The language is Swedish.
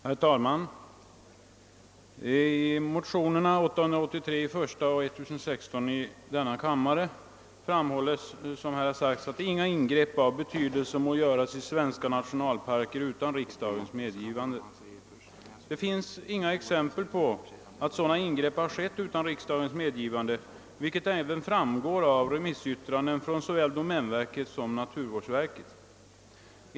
Herr talman! I motionerna 1: 883 och II: 1016 hemställes, att riksdagen måtte uttala att inga ingrepp av någon betydelse må göras i svenska nationalparker utan riksdagens medgivande. Det finns inga exempel på att sådana ingrepp skett utan riksdagens medgivande, något som även framgår av remissyttrandena från domänverket och naturvårdsverket.